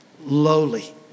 lowly